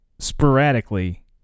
sporadically